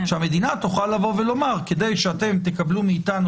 שהמדינה תוכל לבוא ולומר: כדי שאתם תקבלו מאתנו